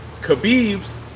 Khabib's